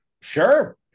Sure